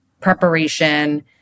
preparation